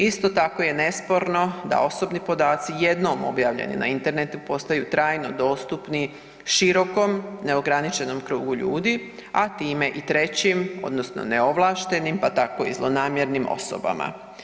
Isto tako je nesporno da osobni podaci jednom objavljeni na internetu postaju trajno dostupni širokom, neograničenom krugu ljudi, a time i trećim odnosno neovlaštenim pa tako i zlonamjernim osobama.